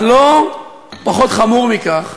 אבל לא פחות חמור מכך,